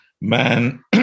man